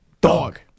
Dog